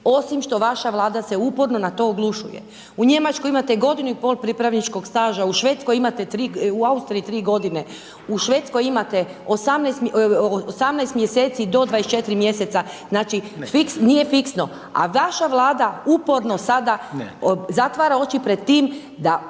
osim što vaša Vlada se uporno na to oglušuje. U Njemačkoj imate godinu i pol pripravničkog staža, u Austriji imate 3 godine, u Švedskoj imate 18 mjeseci do 24 mjeseca, znači, nije fiksno, a vaša Vlada uporno sada zatvara oči pred tim da